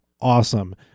awesome